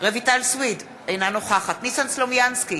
רויטל סויד, אינה נוכחת ניסן סלומינסקי,